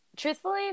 Truthfully